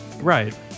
Right